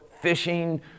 fishing